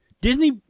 Disney